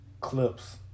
clips